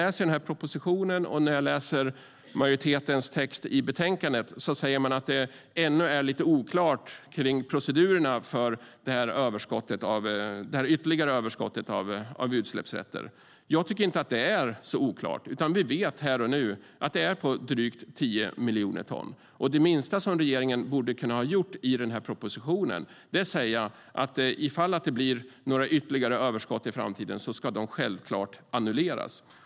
I propositionen och i majoritetens text i betänkandet står det att proceduren för detta ytterligare överskott av utsläppsrätter ännu är oklar. Jag tycker inte att det är oklart. Vi vet här och nu att det är på drygt 10 miljoner ton. Det minsta regeringen kunde ha gjort i denna proposition är att säga att eventuella framtida överskott självklart ska annulleras.